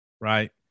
right